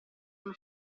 uno